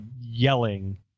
yelling